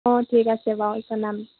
অঁ ঠিক আছে বাৰু জনাম